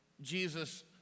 Jesus